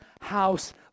house